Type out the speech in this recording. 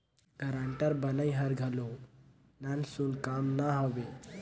guarantor बनई हर घलो नानसुन काम ना हवे